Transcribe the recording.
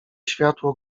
światło